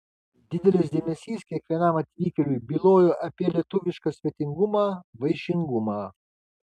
didelis dėmesys kiekvienam atvykėliui bylojo apie lietuvišką svetingumą vaišingumą